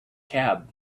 cab